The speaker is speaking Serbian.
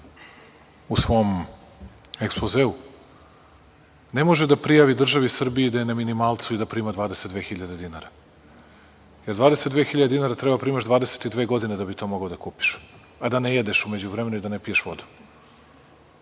u svom ekspozeu, ne može da prijavi državi Srbiji da je na minimalcu i da prima 22.000 dinara, jer 22.000 dinara treba da primaš 22 godine da bi to mogao da kupiš, a da ne jedeš u međuvremenu i da ne piješ vodu,